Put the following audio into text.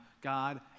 God